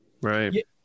Right